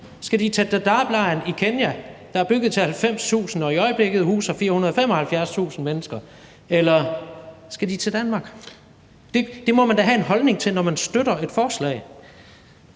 Skal de tage til Dadaab-lejren i Kenya, der er bygget til 90.000 og i øjeblikket huser 475.000 mennesker, eller skal de til Danmark? Det må man da have en holdning til, når man støtter et forslag.